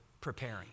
preparing